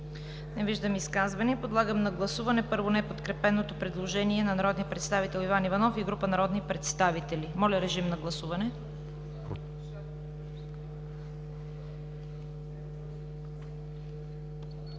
Не виждам. Подлагам на гласуване, първо, неподкрепеното предложение на народния представител Иван Иванов и група народни представители. Комисията не